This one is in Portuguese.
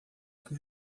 que